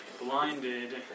blinded